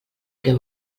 que